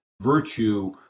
virtue